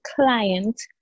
client